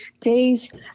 days